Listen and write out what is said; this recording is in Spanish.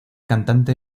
cantante